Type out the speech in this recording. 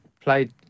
played